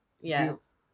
Yes